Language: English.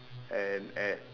and at